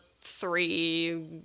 three